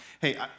Hey